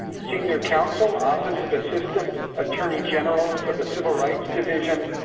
senior counsel office of assistant attorney general for the civil rights division,